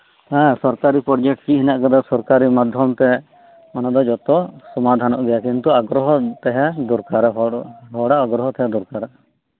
ᱦᱮᱸ ᱥᱚᱨᱠᱟᱨᱤ ᱯᱨᱚᱡᱮᱴ ᱪᱮᱫ ᱦᱮᱱᱟᱜ ᱟᱠᱟᱫᱟ ᱥᱚᱨᱠᱟᱨᱤ ᱢᱟᱫᱷᱚᱢ ᱛᱮ ᱚᱱᱟᱫᱚ ᱡᱚᱛᱚ ᱥᱚᱢᱟᱰᱷᱟᱱᱚᱜ ᱜᱮᱭᱟ ᱠᱤᱱᱛᱩ ᱟᱜᱨᱚᱦᱚ ᱛᱟᱦᱮᱸ ᱫᱚᱨᱠᱟᱨᱟ ᱦᱚᱲ ᱦᱚᱲᱟᱜ ᱟᱜᱨᱚᱦᱚ ᱛᱟᱦᱮᱸ ᱫᱚᱨᱠᱟᱨᱟ